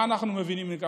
מה אנחנו מבינים מזה?